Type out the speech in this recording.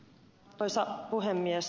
arvoisa puhemies